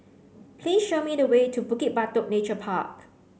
please show me the way to Bukit Batok Nature Park